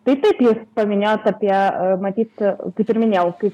tai taip jūs paminėjot apie matyt kaip ir minėjau kai